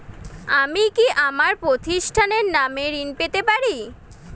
আমি কি আমার প্রতিষ্ঠানের নামে ঋণ পেতে পারি?